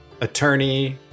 attorney